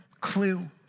clue